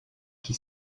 qui